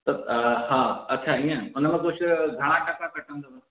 त हा अच्छा ईअं हुन में कुझु घणा टका कटंदव